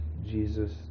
Jesus